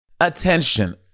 Attention